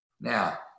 Now